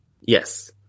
yes